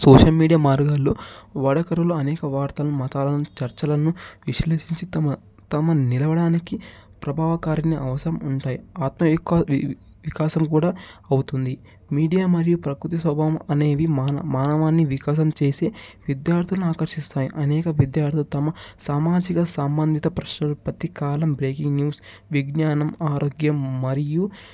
social media మార్గాలలో వాడుకల అనేక వార్తలను మతాలను చర్చలను విశ్లేషించి తమ తమ నిల్వడానికి ప్రభావ కారుణ్య అవసరం ఉంటాయి వికాసం కూడా అవుతుంది మీడియా మరియు ప్రకృతి స్వభావం అనేవి మాన మానవాన్ని వికాసం చేసే విద్యార్దులను ఆకర్షిస్తాయి అనేక విద్యార్దులు తమ సామాజిక సంబంధిత ప్రశ్నలు ప్రతీ కాలం బ్రేకింగ్ న్యూస్ విజ్ఞానం ఆరోగ్యం మరియు